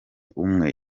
umwe